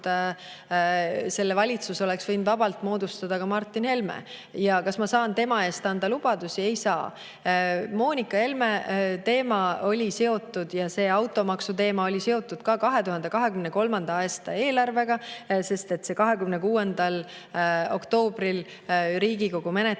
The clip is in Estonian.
selle valitsuse oleks võinud vabalt moodustada ka Martin Helme. Kas ma saan tema eest anda lubadusi? Ei saa. Moonika Helme teema ja see automaksuteema oli seotud 2023. aasta eelarvega, sest see oli 26. oktoobril Riigikogu menetluses.